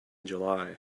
july